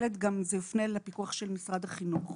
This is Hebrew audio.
זה גם יופנה לפיקוח של משרד החינוך.